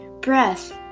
breath